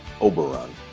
Oberon